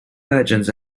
legends